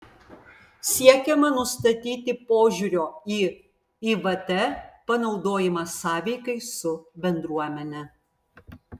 siekiama nustatyti požiūrio į ivt panaudojimą sąveikai su bendruomene